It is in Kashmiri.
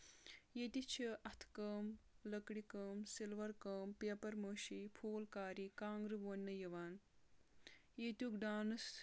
ییٚتہِ چھِ اَتھٕ کٲم لٔکرِ کٲم سِلور کٲم پیپر مٲشی پھوٗل کاری کانٛگرٕ ووننہٕ یِوان ییٚتیُک ڈانس